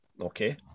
Okay